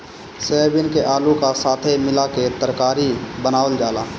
soybean के आलू का साथे मिला के तरकारी बनावल जाला